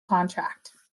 contract